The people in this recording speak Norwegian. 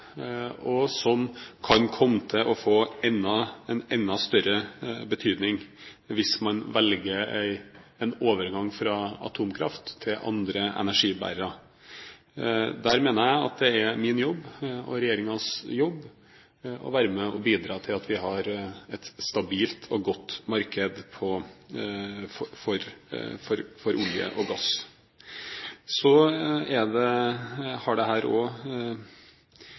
og som kan komme til å få en enda større betydning hvis man velger en overgang fra atomkraft til andre energibærere. Der mener jeg det er min jobb, og regjeringens jobb, å være med og bidra til at vi har et stabilt og godt marked for olje og gass. Så har dette kanskje også konsekvenser knyttet til vår fornybare energiproduksjon. Den er et hovedelement i regjeringens energipolitikk, og